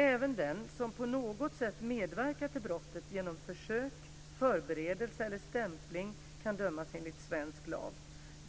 Även den som på något sätt medverkar till brottet genom försök, förberedelse eller stämpling kan dömas enligt svensk lag.